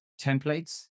templates